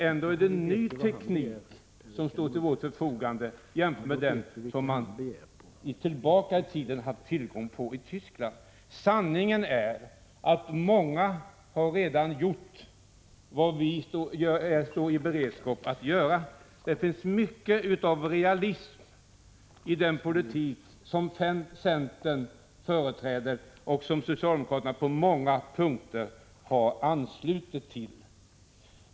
Ändå är det ny teknik som står till vårt förfogande, jämfört med den teknik som man tidigare haft tillgång till i Tyskland. Sanningen är att många redan har gjort vad vi står i beredskap att göra. Det finns mycket av realism i den politik som centern företräder och som socialdemokraterna på många punkter har anslutit sig till.